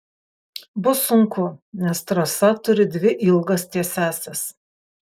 bus sunku nes trasa turi dvi ilgas tiesiąsias